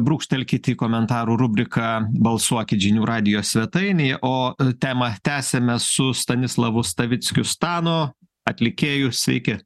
brūkštelkit į komentarų rubriką balsuokit žinių radijo svetainėje o temą tęsiame su stanislavu stavickiu stano atlikėjau reikia